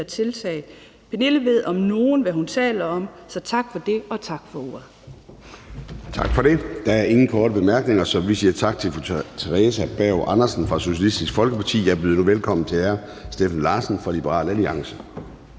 tiltag. Pernille ved om nogen, hvad hun taler om, så tak for det, og tak for ordet. Kl. 09:12 Formanden (Søren Gade): Tak for det. Der er ingen korte bemærkninger, så vi siger tak til fru Theresa Berg Andersen fra Socialistisk Folkeparti. Jeg byder nu velkommen til hr. Steffen Larsen fra Liberal Alliance.